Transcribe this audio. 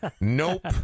Nope